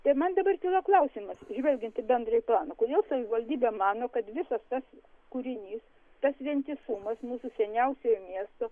tai man dabar kyla klausimas žvelgiant į bendrąjį planą kodėl savivaldybė mano kad visas tas kūrinys tas vientisumas mūsų seniausiojo miesto